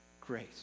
grace